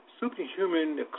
superhuman